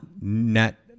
net